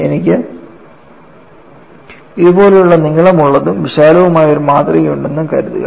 എനിക്ക് ഇതുപോലുള്ള നീളമുള്ളതും വിശാലവുമായ ഒരു മാതൃക ഉണ്ടെന്നും കരുതുക